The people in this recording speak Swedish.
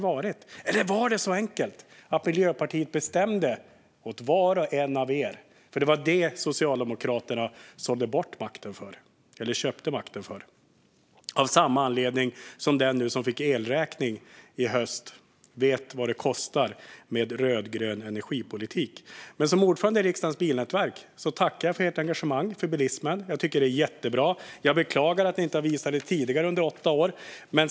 Var det så enkelt att Miljöpartiet bestämde åt var och en av er och att det var så Socialdemokraterna köpte makten? Av samma anledning vet den som fick en elräkning i höstas vad det kostar med rödgrön energipolitik. Som ordförande i Bilnätverket i riksdagen tackar jag för ert engagemang för bilismen. Jag tycker att det är jättebra, även om jag beklagar att ni inte har visat det under de föregående åtta åren.